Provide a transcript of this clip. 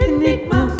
Enigma